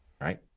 right